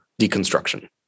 deconstruction